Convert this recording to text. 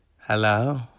Hello